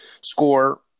score